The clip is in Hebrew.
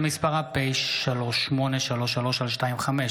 שמספרה פ/3833/25.